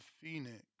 Phoenix